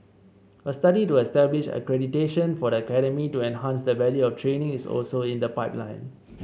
a study to establish accreditation for the academy to enhance the value of training is also in the pipeline